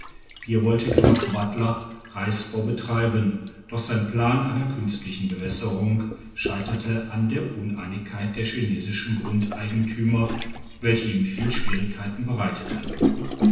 hier wollte graf buttler reisbau betreiben doch sein plan einer künstlichen bewässerung scheiterte an der uneinigkeit der chinesischen grundeigentümer welche ihm viel schwierigkeiten bereiteten